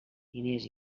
diners